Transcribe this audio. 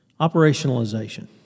Operationalization